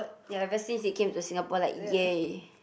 ya ever since it came to Singapore like yay